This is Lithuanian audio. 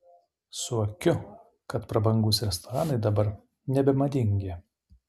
suokiu kad prabangūs restoranai dabar nebemadingi